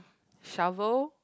shovel